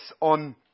on